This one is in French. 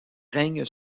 règne